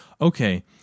Okay